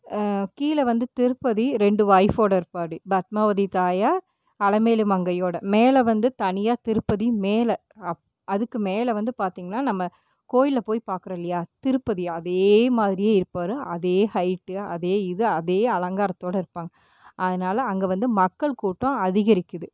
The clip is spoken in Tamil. கீழே வந்து திருப்பதி ரெண்டு ஒய்ஃபோட இருப்பாரு பத்மாவதி தாயார் அலமேலு மங்கையோட மேலே வந்து தனியாக திருப்பதி மேலே அதுக்கு மேலே வந்து பார்த்தீங்கன்னா நம்ம கோவில்ல போய் பார்க்குறோம் இல்லையா திருப்பதி அதே மாதிரியே இருப்பாரு அதே ஹைட்டு அதே இது அதே அலங்காரத்தோடய இருப்பாங்க அதனால் அங்கே வந்து மக்கள் கூட்டம் அதிகரிக்குது